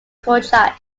court